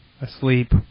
asleep